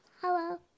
Hello